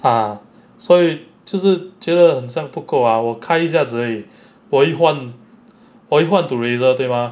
ah 所以就是觉得很像不够 ah 我看一下子而已我一换我一换 to razor 对 mah